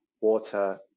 Water